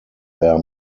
their